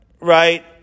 right